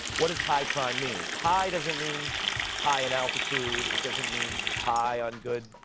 what does high crime mean? high doesn't mean high in altitude. it doesn't mean high on good